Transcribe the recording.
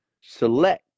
select